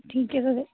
ਠੀਕ ਹੈ ਸਰ